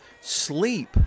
sleep